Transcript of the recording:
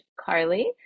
Carly